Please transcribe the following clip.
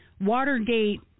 Watergate